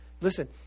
Listen